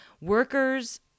Workers